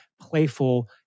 playful